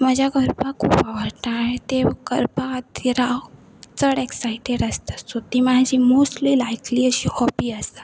मजा करपाक खूब आवडटा आनी ते करपा खातीर राव चड एक्सायटेड आसता सो ती म्हाजी मोस्टली लायफली अशी हॉबी आसा